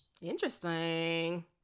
Interesting